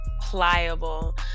pliable